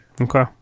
Okay